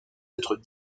être